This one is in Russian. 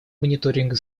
мониторинга